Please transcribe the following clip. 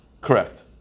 correct